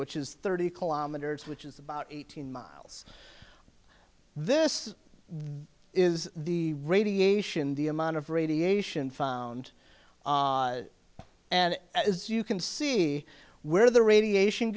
which is thirty kilometers which is about eighteen miles this is the radiation the amount of radiation found and that is you can see where the radiation